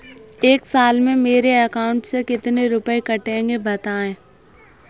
एक साल में मेरे अकाउंट से कितने रुपये कटेंगे बताएँ?